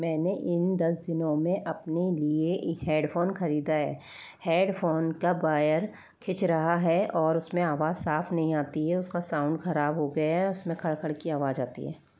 मैंने इन दस दिनों में अपने लिए एक हेडफोन खरीदा है हेडफोन का बायर खींच रहा है और उसमें आवाज साफ नहीं आती है उसका साउंड ख़राब हो गया है उसमें खड़ खड़ की आवाज आती है